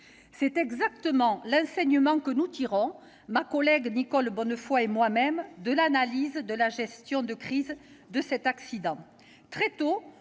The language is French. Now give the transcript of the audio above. C'est exactement l'enseignement que nous tirons, Nicole Bonnefoy et moi-même, de l'analyse de la gestion de crise de l'accident de